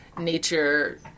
nature